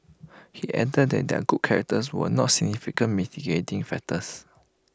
he added that their good characters were not significant mitigating factors